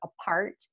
apart